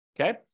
Okay